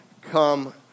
come